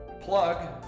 Plug